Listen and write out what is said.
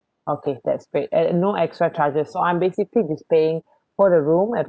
okay that's great at no extra charges so I'm basically is paying for the room at